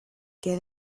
get